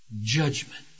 judgment